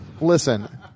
Listen